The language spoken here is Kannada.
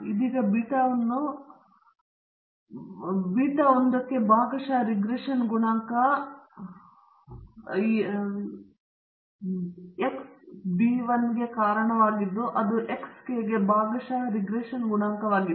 ಇದೀಗ ನೀವು ಬೀಟಾವನ್ನು ಒಳಗೊಂಡಿರುವುದಿಲ್ಲ ಮತ್ತು ಇದು ಬೀಟಾ 1 ಗೆ ಭಾಗಶಃ ರಿಗ್ರೆಷನ್ ಗುಣಾಂಕ ಎಕ್ಸ್ ಬೀ 1 ಗೆ ಕಾರಣವಾಗಿದ್ದು ಅದು ಎಕ್ಸ್ ಕೆಗೆ ಭಾಗಶಃ ರಿಗ್ರೆಷನ್ ಗುಣಾಂಕವಾಗಿದೆ